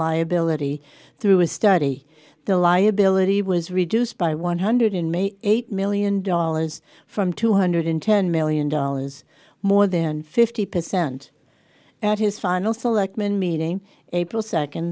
liability through a study the liability was reduced by one hundred inmates eight million dollars from two hundred ten million dollars more than fifty percent at his final selectmen meeting april second